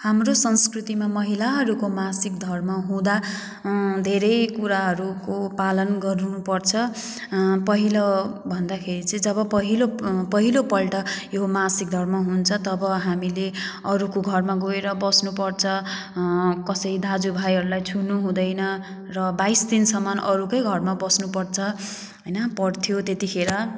हाम्रो संस्कृतिमा महिलाहरूको मासिक धर्म हुँदा धेरै कुराहरूको पालन गर्नुपर्छ पहिलो भन्दाखेरि चाहिँ जब पहिलो पहिलोपल्ट यो मासिक धर्म हुन्छ तब हामीले अरूको घरमा गएर बस्नुपर्छ कसै दाजुभाइहरूलाई छुनुहुँदैन र बाइस दिनसम्म अरूकै घरमा बस्नुपर्छ होइन पर्थ्यो त्यतिखेर